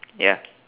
ya